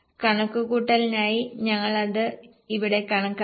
കണക്കുകൂട്ടലിനായി ഞങ്ങൾ അത് ഇവിടെ കണക്കാക്കും